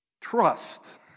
Trust